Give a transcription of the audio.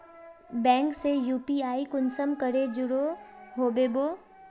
Bank से UPI कुंसम करे जुड़ो होबे बो?